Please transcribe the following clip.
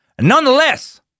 Nonetheless